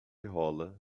rola